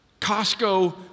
Costco